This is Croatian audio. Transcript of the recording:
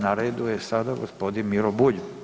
Na redu je sada gospodin Miro Bulj.